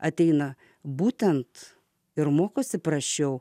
ateina būtent ir mokosi prasčiau